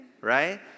Right